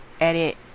edit